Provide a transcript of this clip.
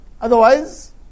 Otherwise